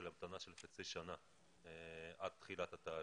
של המתנה של חצי שנה עד תחילת התהליך,